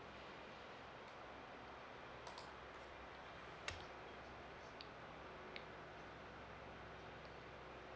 okay